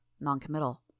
noncommittal